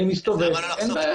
אז למה לא לחשוף